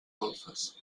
golfes